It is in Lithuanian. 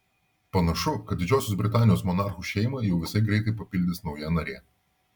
panašu kad didžiosios britanijos monarchų šeimą jau visai greitai papildys nauja narė